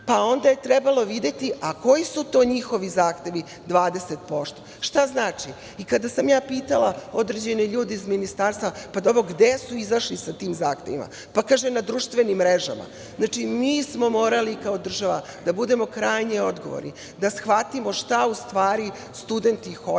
pa onda je trebalo videti a koji su to njihovi zahtevi 20%. Šta znači?I, kada sam ja pitala određene ljude iz ministarstva - pa dobro gde su izašli sa tim zahtevima? Pa kaže - na društvenim mrežama. Znači, mi smo morali kao država da budemo krajnje odgovorni, da shvatimo šta u stvari studenti hoće